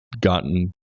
gotten